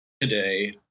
today